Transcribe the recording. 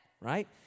right